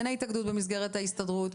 הן ההתאגדות במסגרת ההסתדרות.